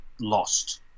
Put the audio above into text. lost